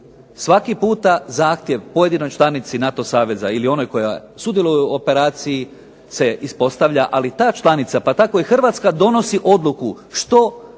Svaki puta zahtjev pojedinoj članici NATO saveza ili onoj koja sudjeluje u operaciji se ispostavlja, ali ta članica pa tako i Hrvatska, donosi odluku što,